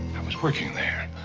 i was working there,